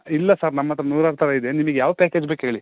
ಇಲ್ಲ ಸರ್ ನಮ್ಮ ಹತ್ರ ನೂರಾರು ಥರ ಇದೆ ನಿಮಗೆ ಯಾವ ಪ್ಯಾಕೇಜ್ ಬೇಕು ಹೇಳಿ